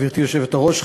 גברתי היושבת-ראש,